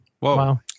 Wow